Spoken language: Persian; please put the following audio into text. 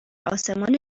آسمان